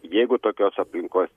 jeigu tokios aplinkos